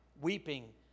weeping